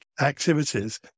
activities